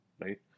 right